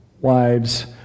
wives